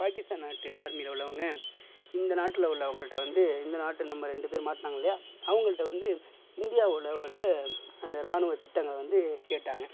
பாகிஸ்தான் நாட்டு ஆர்மியில் உள்ளவங்க இந்த நாட்டில் உள்ளவங்கள்கிட்ட வந்து இந்த நாட்டு நம்ம ரெண்டு பேர் மாட்டினாங்க இல்லையா அவங்கள்கிட்ட வந்து இந்தியாவில்லோட அந்த ராணுவ திட்டங்களை வந்து கேட்டாங்க